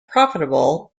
profitable